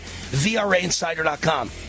VRAinsider.com